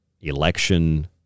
election